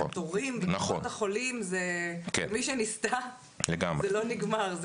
התורים בקופת החולים, בתור מי שניסתה, זה לא נגמר.